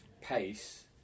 pace